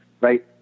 right